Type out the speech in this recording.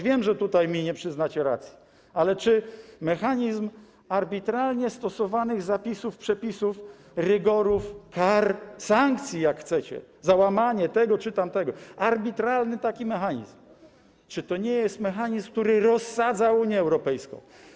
Wiem, że tutaj nie przyznacie mi racji, ale czy mechanizm arbitralnie stosowanych zapisów, przepisów, rygorów, kar, sankcji, jak chcecie, za łamanie tego czy tamtego, taki arbitralny mechanizm, to nie jest mechanizm, który rozsadza Unię Europejską?